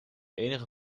enige